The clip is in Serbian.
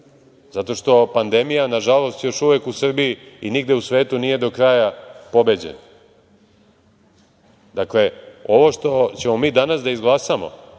zato što pandemija, nažalost, još uvek je u Srbiji i nigde u svetu nije do kraja pobeđena. Dakle, ovo što ćemo mi danas da izglasamo